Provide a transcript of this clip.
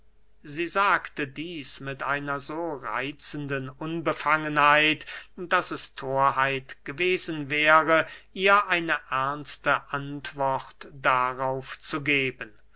sie sagte dieß mit einer so reitzenden unbefangenheit daß es thorheit gewesen wäre ihr eine ernste antwort darauf zu geben